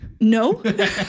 no